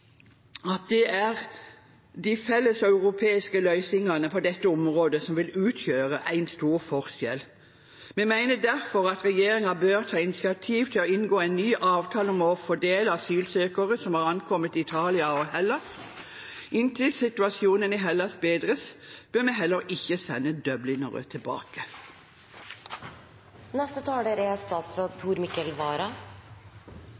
det er de felles europeiske løsningene på dette området som vil utgjøre en stor forskjell. Vi mener derfor at regjeringen bør ta initiativ til å inngå en ny avtale om å fordele asylsøkere som har ankommet Italia og Hellas. Inntil situasjonen i Hellas bedres, bør vi heller ikke sende Dublin-ere tilbake.